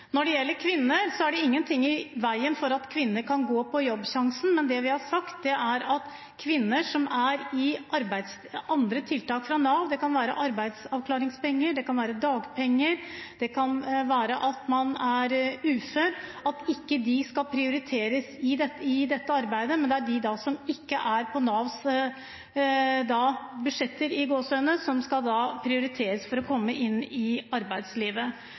Når det gjelder kvinner, er det ingenting i veien for at kvinner kan gå på Jobbsjansen, men det vi har sagt, er at kvinner som er i andre tiltak fra Nav– det kan være arbeidsavklaringspenger, det kan være dagpenger, det kan være at man er ufør – ikke skal prioriteres i dette arbeidet. Det er de som ikke er på Navs «budsjetter», som skal prioriteres for å komme inn i arbeidslivet.